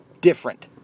different